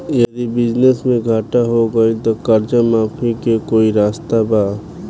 यदि बिजनेस मे घाटा हो गएल त कर्जा माफी के कोई रास्ता बा?